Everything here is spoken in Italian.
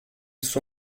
suo